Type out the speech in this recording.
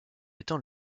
étant